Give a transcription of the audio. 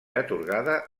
atorgada